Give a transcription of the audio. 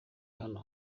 hano